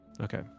Okay